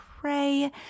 pray